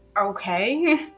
okay